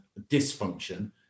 dysfunction